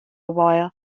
while